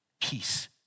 peace